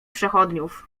przechodniów